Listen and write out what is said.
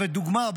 דוגמה,